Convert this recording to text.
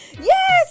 Yes